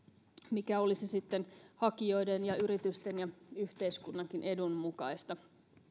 mikä olisi sitten hakijoiden ja yritysten ja yhteiskunnankin edun mukaista